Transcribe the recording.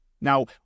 Now